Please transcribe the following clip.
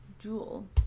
jewel